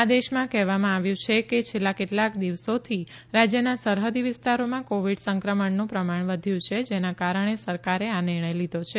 આદેશમાં કહેવામાં આવ્યું છે કે છેલ્લાં કેટલાક દિવસોથી રાજ્યના સરહદી વિસ્તારોમાં કોવિડ સંક્રમણનું પ્રમાણ વધ્યું છે જેના કારણે સરકારે આ નિર્ણય લીધો છે